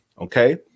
okay